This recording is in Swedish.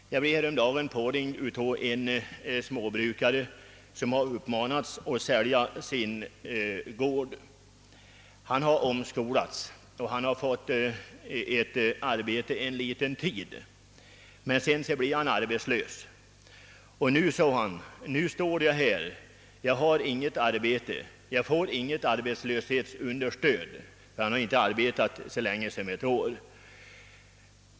Jag blev häromdagen uppringd av en småbrukare som på uppmaning sålt sin gård. Han hade omskolats och fått arbete för en liten tid men blev sedan arbetslös. Nu har han inget arbete, får inte något arbetslöshetsunderstöd eftersom han inte arbetat i sitt nya yrke så länge som ett år.